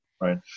right